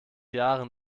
jahren